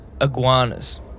Iguanas